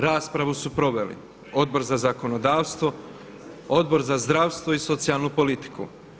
Raspravu su proveli Odbor za zakonodavstvo, Odbor za zdravstvo i socijalnu politiku.